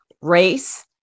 race